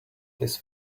this